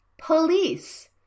police